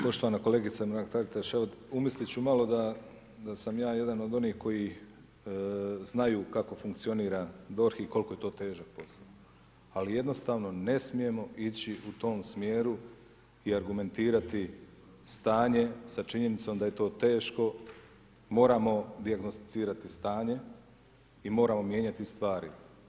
Poštovana kolegice Mrak-Taritaš, evo umislit ću malo da sam ja jedan od onih koji znaju kako funkcionira DORH i koliko je to težak posao ali jednostavno ne smijemo ići u tom smjeru i argumentirati stanje sa činjenicom da je to teško, moramo dijagnosticirati stanje i moramo mijenjati stvari.